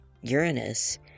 Uranus